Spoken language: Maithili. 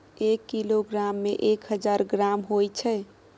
एक किलोग्राम में एक हजार ग्राम होय छै